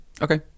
Okay